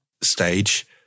stage